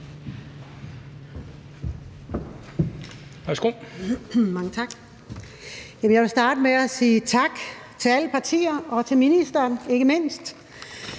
Jeg vil starte med at sige tak til alle partier og ikke mindst